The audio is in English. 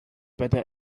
better